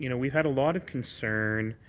you know we've had a lot of concern